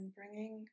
bringing